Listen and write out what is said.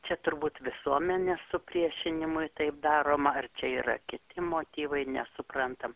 čia turbūt visuomenės supriešinimui taip daroma ar čia yra kiti motyvai nesuprantam